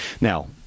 Now